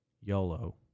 YOLO